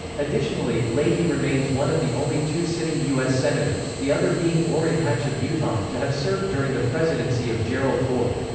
additionally, leahy remains one of the only two sitting u s. senators, the other being orrin hatch of utah, to have served during the presidency of gerald ford.